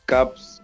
Cups